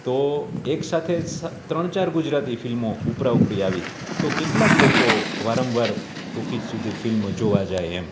તો એક સાથે ત્રણ ચાર ગુજરાતી ફિલ્મો ઉપરા ઉપરી આવી તો કેટલાંક લોકો વારંવાર ટોકિસ સુધી ફિલ્મ જોવાં જાય એમ